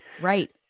Right